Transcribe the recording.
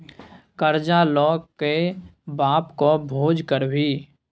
करजा ल कए बापक भोज करभी?